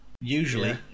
Usually